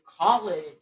college